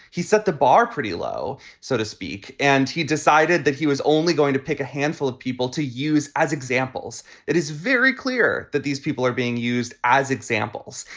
he set the bar pretty low, so to speak, and he decided that he was only going to pick a handful of people to use as examples. it is very clear that these people are being used as examples.